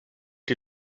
die